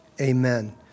Amen